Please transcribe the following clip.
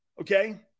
Okay